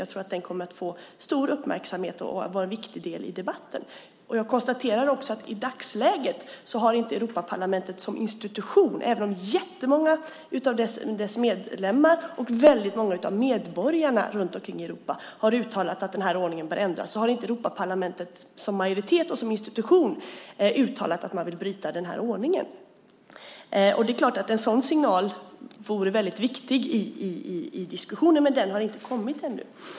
Jag tror att den kommer att få stor uppmärksamhet och vara en viktig del i debatten. Jag konstaterar också att Europaparlamentet som institution i dagsläget inte har uttalat sig. Även om jättemånga av dess medlemmar och väldigt många av medborgarna runt omkring i Europa har uttalat att ordningen bör ändras har inte Europaparlamentet med majoritet och som institution uttalat att man vill bryta ordningen. En sådan signal vore väldigt viktig i diskussionen. Men den har inte kommit ännu.